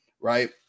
right